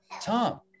Tom